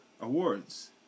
awards